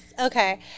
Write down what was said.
Okay